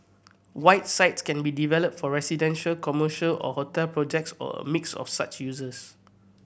white sites can be developed for residential commercial or hotel projects or a mix of such uses